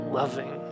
loving